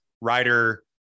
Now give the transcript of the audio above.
writer